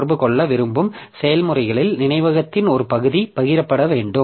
தொடர்பு கொள்ள விரும்பும் செயல்முறைகளில் நினைவகத்தின் ஒரு பகுதி பகிரப்பட வேண்டும்